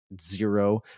zero